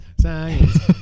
science